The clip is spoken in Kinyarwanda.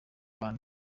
rwanda